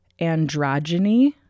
androgyny